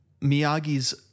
Miyagi's